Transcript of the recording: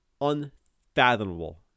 Unfathomable